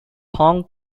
hong